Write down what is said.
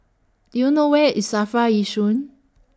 Do YOU know Where IS SAFRA Yishun